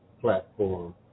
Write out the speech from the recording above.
platform